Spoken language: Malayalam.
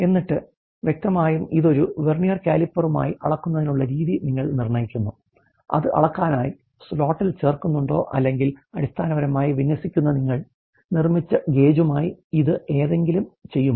എന്നിട്ട് വ്യക്തമായും ഇത് ഒരു Vernire Caliper ഉം ആയി അളക്കുന്നതിനുള്ള രീതി നിങ്ങൾ നിർണ്ണയിക്കുന്നു അത് അളക്കാനായി സ്ലോട്ടിൽ ചേർക്കുന്നുണ്ടോ അല്ലെങ്കിൽ അടിസ്ഥാനപരമായി വിന്യസിക്കുന്ന നിങ്ങൾ നിർമ്മിച്ച ഗേജുമായി ഇത് എന്തെങ്കിലും ചെയ്യുമോ